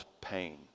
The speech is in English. pain